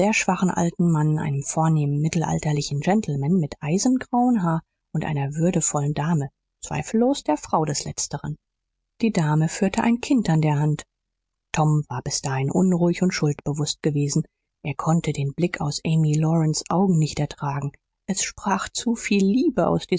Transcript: schwachen alten mann einem vornehmen mittelalterlichen gentleman mit eisengrauem haar und einer würdevollen dame zweifellos der frau des letzteren die dame führte ein kind an der hand tom war bis dahin unruhig und schuldbewußt gewesen er konnte den blick aus amy lawrences augen nicht ertragen es sprach zu viel liebe aus